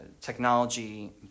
technology